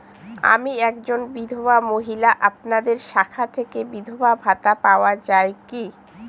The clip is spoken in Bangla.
আমি একজন বিধবা মহিলা আপনাদের শাখা থেকে বিধবা ভাতা পাওয়া যায় কি?